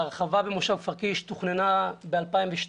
ההרחבה במושב כפר קיש תוכננה ב-2002.